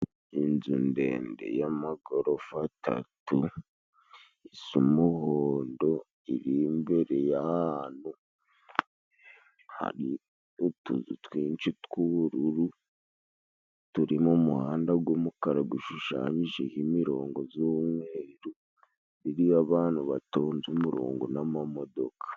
Inzu ndende y'amagorofa atatu z'umuhondo, iri imbere y'ahantu hari utuzu twinshi tw'ubururu, turi mu muhanda g'umukara gushushanyijeho imirongo z'umweru. Iriho abantu batonnze umurongo n'amamodoka.